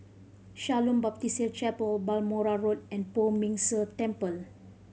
Shalom Baptist Chapel Balmoral Road and Poh Ming Tse Temple